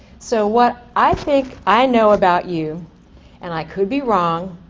so what i think i know about you and i could be wrong,